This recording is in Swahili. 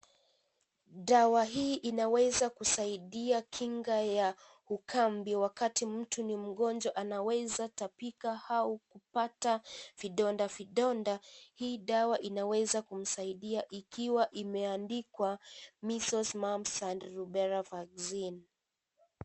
Dawa hii inaweza kusaidia kinga ya ukambi. Wakati mtu ni mgonjwa anaweza tapika au kupata vidonda vidonda. Hii dawa inaweza kumsaidia ikiwa imeandikwa measles mumbs and rubella vaccine .